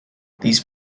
these